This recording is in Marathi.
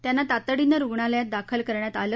त्यांना तातडीने रुग्णालयात दाखल करण्यात आले